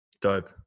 dope